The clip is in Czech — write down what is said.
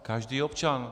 Každý občan.